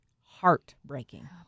heartbreaking